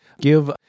give